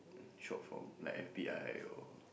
short form like F_B_I or